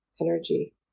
energy